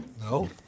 No